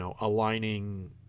aligning